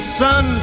sun